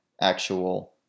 actual –